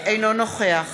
אינו נוכח